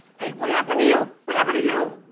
hey what happened to you? what happened to you?